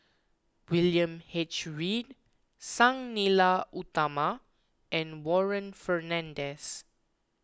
William H Read Sang Nila Utama and Warren Fernandez